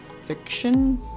fiction